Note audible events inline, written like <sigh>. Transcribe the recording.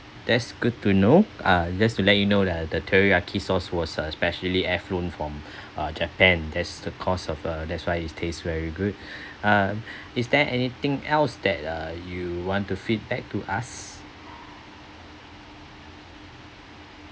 that's good to know uh just to let you know that the teriyaki sauce was uh specially airflown from <breath> uh japan that's the cause of uh that's why it taste very good <breath> uh <breath> is there anything else that uh you want to feedback to us